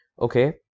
okay